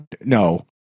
no